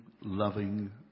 loving